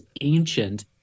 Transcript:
ancient